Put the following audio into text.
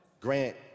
grant